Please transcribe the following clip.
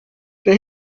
they